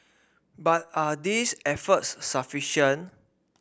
but are these efforts sufficient